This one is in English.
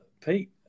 pete